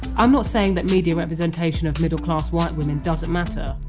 i'm not saying that media representation of middle class white women doesn't matter,